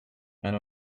and